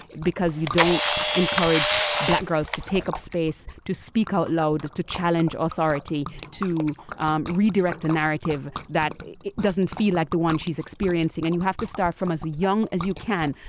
because you don't encourage black girls to take up space, to speak out loud, to challenge authority, to um redirect the narrative that doesn't feel like the one she's experiencing. and you have to start from as young as you can.